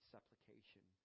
Supplication